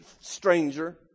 stranger